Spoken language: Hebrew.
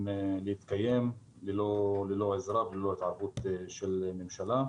להתקיים ללא עזרה וללא התערבות של הממשלה.